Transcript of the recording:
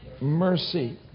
mercy